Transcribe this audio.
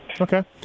Okay